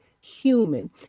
human